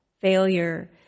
failure